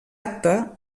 acta